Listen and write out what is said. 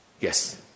Yes